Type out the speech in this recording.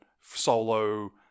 solo